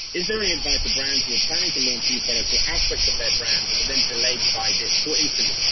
is there any advice of brands who are planning to launch new products or aspects of that brand but then delayed by this, for instance,